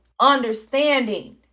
understanding